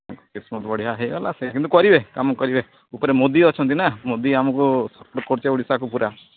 ତାଙ୍କ କିସ୍ମତ୍ ବଢ଼ିଆ ହେଇଗଲା ସେ କିନ୍ତୁ କରିବେ କାମ କରିବେ ଉପରେ ମୋଦୀ ଅଛନ୍ତି ନା ମୋଦୀ ଆମକୁ ସପୋର୍ଟ୍ କରୁଛି ଓଡ଼ିଶାକୁ ପୁରା